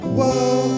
Whoa